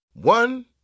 One